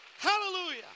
Hallelujah